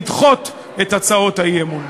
לדחות את הצעות האי-אמון.